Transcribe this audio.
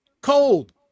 Cold